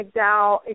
McDowell